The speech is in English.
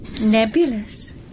Nebulous